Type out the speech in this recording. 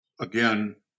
again